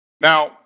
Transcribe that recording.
Now